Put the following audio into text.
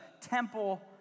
temple